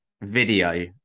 video